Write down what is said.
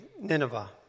Nineveh